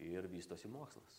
ir vystosi mokslas